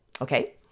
Okay